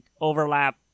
overlap